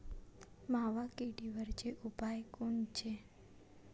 मावा किडीवरचे उपाव कोनचे?